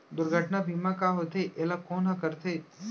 दुर्घटना बीमा का होथे, एला कोन ह करथे?